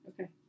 Okay